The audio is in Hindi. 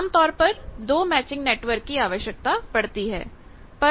आमतौर पर 2 मैचिंग नेटवर्क की आवश्यकता पड़ती है